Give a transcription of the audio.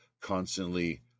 constantly